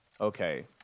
Okay